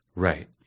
Right